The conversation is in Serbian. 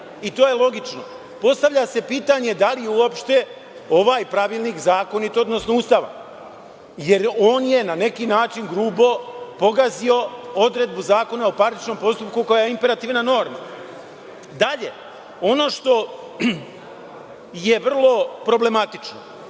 i to je logično. Postavlja se pitanje da li je uopšte ovaj pravilnik zakonit, odnosno ustavan, jer on je na neki način grubo pogazio odredbu Zakona o parničnom postupku koja je imperativna norma. Dalje, ono što je vrlo problematično,